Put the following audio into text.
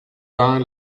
vingt